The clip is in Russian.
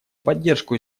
поддержку